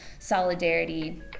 Solidarity